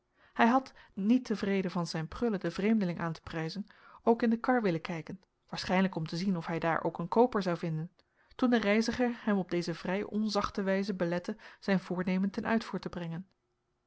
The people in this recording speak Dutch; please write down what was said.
hij had niet tevreden van zijn prullen den vreemdeling aan te prijzen ook in de kar willen kijken waarschijnlijk om te zien of hij daar ook een kooper zou vinden toen de reiziger hem op deze vrij onzachte wijze belette zijn voornemen ten uitvoer te brengen